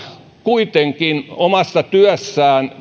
kuitenkin omassa työssään